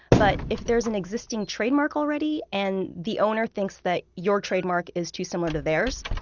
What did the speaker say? but if there's an existing trademark already and the owner thinks that your trademark is too similar to theirs,